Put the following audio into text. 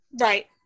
Right